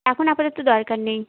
এখন আপাতত দরকার নেই